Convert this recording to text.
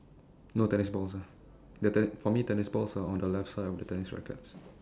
no tennis balls ah their ten~ for me tennis balls are on the left side of the tennis rackets